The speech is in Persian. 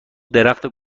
درخت